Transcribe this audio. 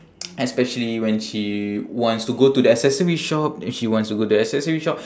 especially when she wants to go to the accessory shop and she wants to go to the accessory shop